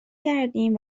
کردیم